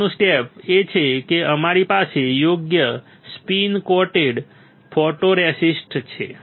આગળનું સ્ટેપ એ છે કે અમારી પાસે યોગ્ય સ્પિન કોટેડ ફોટોરેસિસ્ટ છે